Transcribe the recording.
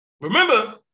Remember